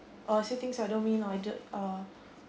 or I say things I don't mean or I just uh